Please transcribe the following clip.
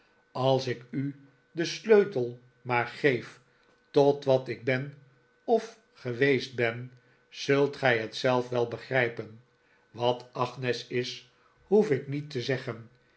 als ik u den sleutel maar geef tot wat ik ben of geweest ben zult gij het zelf wel begrijpen wat agnes is hoef ik niet te zeggen